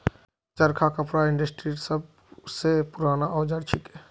चरखा कपड़ा इंडस्ट्रीर सब स पूराना औजार छिके